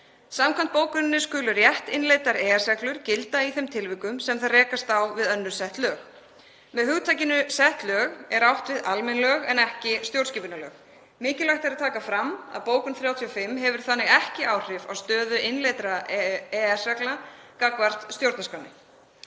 Samkvæmt bókuninni skulu rétt innleiddar EES-reglur gilda í þeim tilvikum sem þær rekast á við önnur sett lög. Með hugtakinu „sett lög“ er átt við almenn lög en ekki stjórnarskipunarlög. Mikilvægt er að taka fram að bókun 35 hefur þannig ekki áhrif á stöðu innleiddra EES-reglna gagnvart stjórnarskránni.